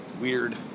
weird